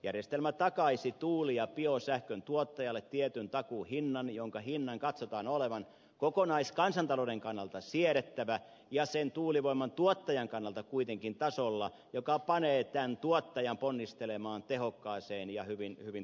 järjestelmä takaisi tuuli ja biosähkön tuottajalle tietyn takuuhinnan jonka katsotaan olevan kokonaiskansantalouden kannalta siedettävä ja sen tuulivoiman tuottajan kannalta kuitenkin tasolla joka panee tämän tuottajan ponnistelemaan tehokkaaseen ja hyvin tuottavaan toimintaan